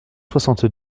soixante